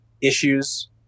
issues